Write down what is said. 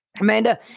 Amanda